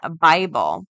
Bible